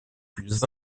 plus